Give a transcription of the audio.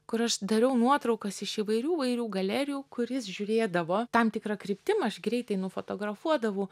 kur aš dariau nuotraukas iš įvairių įvairių galerijų kur jis žiūrėdavo tam tikra kryptim aš greitai nufotografuodavau